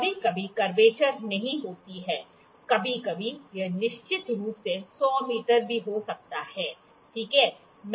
कभी कभी कर्वेचर नहीं होती है कभी कभी यह निश्चित रूप से १०० मीटर भी हो सकता है ठीक है